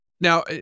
Now